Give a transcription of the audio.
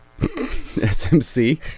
SMC